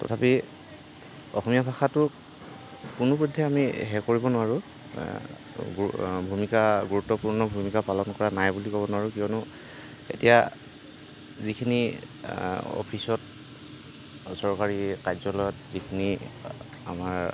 তথাপি অসমীয়া ভাষাটোক কোনো পধ্যেই আমি সেই কৰিব নোৱাৰোঁ ভূমিকা গুৰুত্বপূৰ্ণ ভূমিকা পালন কৰা নাই বুলি ক'ব নোৱাৰোঁ কিয়নো এতিয়া যিখিনি অফিচত চৰকাৰী কাৰ্যালয়ত যিখিনি আমাৰ